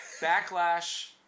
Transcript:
backlash